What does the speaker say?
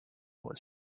was